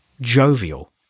jovial